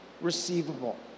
receivable